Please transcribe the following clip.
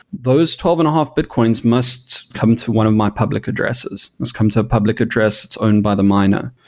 those twelve and a half bitcoins must come to one of my public addresses must come to a public address that's owned by the miner.